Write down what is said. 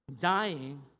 dying